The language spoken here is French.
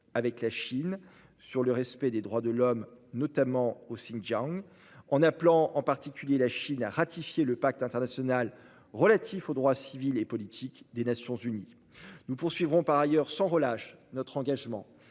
avec la Chine sur le respect des droits de l'homme, notamment au Xinjiang, en appelant en particulier la Chine à ratifier le Pacte international relatif aux droits civils et politiques des Nations unies. Nous poursuivrons par ailleurs, sans relâche, notre engagement